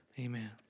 amen